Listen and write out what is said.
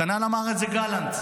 כנ"ל אמר את זה גלנט.